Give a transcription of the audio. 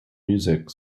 music